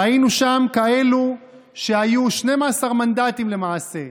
ראינו שם כאלה שהיו 12 מנדטים למעשה,